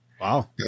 Wow